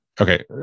okay